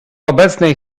obecnej